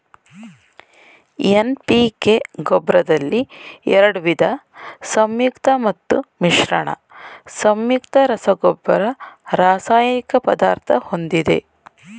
NPK ಗೊಬ್ರದಲ್ಲಿ ಎರಡ್ವಿದ ಸಂಯುಕ್ತ ಮತ್ತು ಮಿಶ್ರಣ ಸಂಯುಕ್ತ ರಸಗೊಬ್ಬರ ರಾಸಾಯನಿಕ ಪದಾರ್ಥ ಹೊಂದಿದೆ